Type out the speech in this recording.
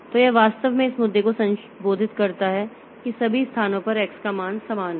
तो यह वास्तव में इस मुद्दे को संबोधित करता है कि सभी स्थानों पर x का मान समान है